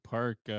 Park